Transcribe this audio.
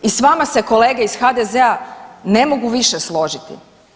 I s vama se kolege iz HDZ-a ne mogu više složiti.